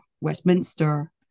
Westminster